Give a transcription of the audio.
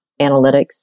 analytics